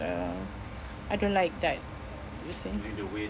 uh I don't like that you see